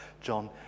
John